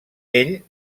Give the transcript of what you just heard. ell